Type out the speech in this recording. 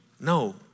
No